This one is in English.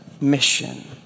mission